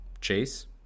Chase